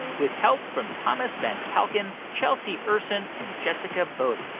with help from thomas van kalken, chelsea ursin and jessica boddy.